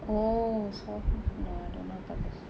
oh solve mys~ no I don't know